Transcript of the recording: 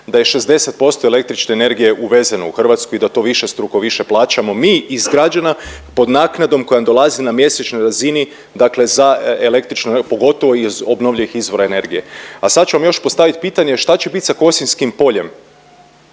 da je 60% električne energije uvezeno u Hrvatsku i da to višestruko više plaćamo mi iz građana pod naknadom koja nam dolazi na mjesečnoj razini dakle za električnu en… pogotovo iz obnovljivih izvora energije. A sad ću vam još postavit pitanje šta će bit sa Kosinjskim poljem?